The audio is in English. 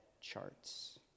charts